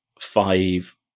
five